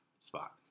Spot